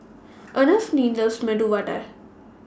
Anfernee loves Medu Vada